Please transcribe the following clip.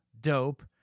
dope